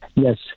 Yes